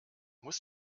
muss